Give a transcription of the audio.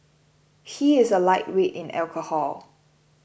he is a lightweight in alcohol